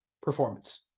performance